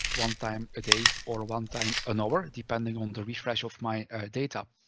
one time a day, or one time an hour, depending on the refresh of my data.